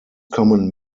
common